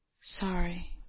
Sorry